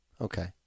Okay